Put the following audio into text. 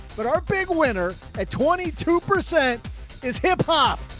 but our big winner at twenty two percent is hip hop.